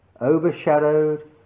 overshadowed